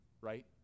right